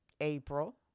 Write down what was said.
April